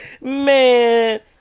Man